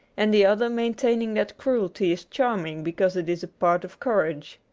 and the other maintaining that cruelty is charming because it is a part of courage.